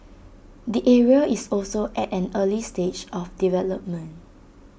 the area is also at an early stage of development